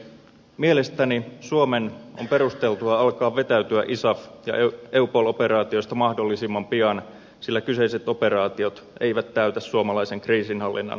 mielestäni suomen on perusteltua alkaa vetäytyä isaf ja eupol operaatioista mahdollisimman pian sillä kyseiset operaatiot eivät täytä suomalaisen kriisinhallinnan määritelmiä